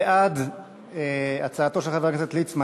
בעד הצעתו של חבר הכנסת ליצמן,